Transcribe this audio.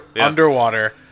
Underwater